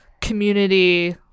community